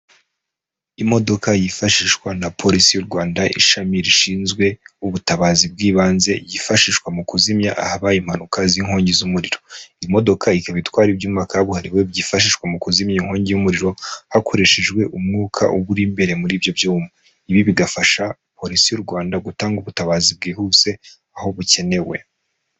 Imodoka yifashishwa na polisi y'u Rwanda, ishami rishinzwe ubutabazi bw'ibanze yifashishwa mu kuzimya ahabaye impanuka z'inkongi z'umuriro. Imodoka ikaba itwara ibyuma kabuhariwe byifashishwa mu kuzimya iyo inkongi y'umuriro, hakoreshejwe umwuka uba uri imbere muri ibyo byuma. Ibi bigafasha polisi y'u Rwanda gutanga ubutabazi bwihuse aho bukenewe.